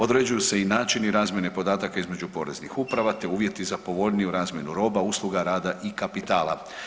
Određuju se i načini razmjene podataka između poreznih uprava te uvjeti za povoljniju razmjenu roba, usluga, rada i kapitala.